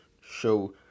show